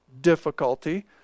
difficulty